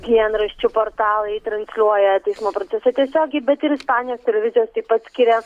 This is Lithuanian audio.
dienraščių portalai transliuoja teismo procesą tiesiogiai bet ir ispanijos televizijos taip pat skiria